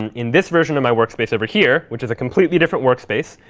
and in this version of my workspace over here, which is a completely different workspace,